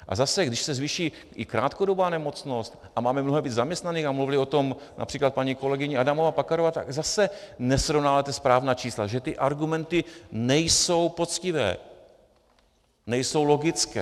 A zase když se zvýší i krátkodobá nemocnost a máme mnohem víc zaměstnaných, a mluvila o tom např. paní kolegyně Adamová Pekarová, tak zase nesrovnáváte správná čísla, že ty argumenty nejsou poctivé, nejsou logické.